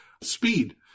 speed